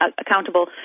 accountable